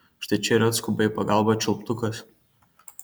štai čia ir atskuba į pagalbą čiulptukas